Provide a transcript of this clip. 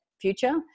future